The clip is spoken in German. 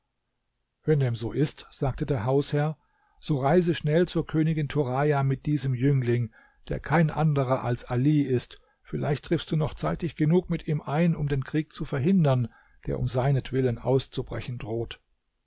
wenn dem so ist sagte der hausherr so reise schnell zur königin turaja mit diesem jüngling der kein anderer als ali ist vielleicht triffst du noch zeitig genug mit ihm ein um den krieg zu verhindern der um seinetwillen auszubrechen droht